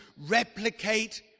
replicate